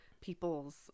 people's